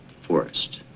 forest